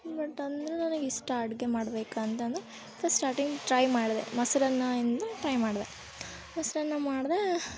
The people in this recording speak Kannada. ಬಟ್ ಅಂದ್ರೆ ನನಗೆ ಇಷ್ಟ ಅಡುಗೆ ಮಾಡ್ಬೇಕು ಅಂತಂದು ಫಸ್ಟ್ ಸ್ಟಾಟಿಂಗ್ ಟ್ರೈ ಮಾಡಿದೆ ಮೊಸ್ರನ್ನದಿಂದ ಟ್ರೈ ಮಾಡಿದೆ ಮೊಸ್ರನ್ನ ಮಾಡಿದೆ